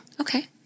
Okay